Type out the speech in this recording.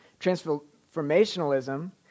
Transformationalism